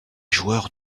joueurs